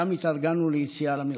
שם התארגנו ליציאה למלחמה.